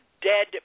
dead